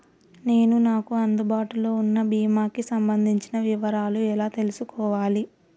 నేను నాకు అందుబాటులో ఉన్న బీమా కి సంబంధించిన వివరాలు ఎలా తెలుసుకోవాలి?